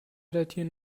datieren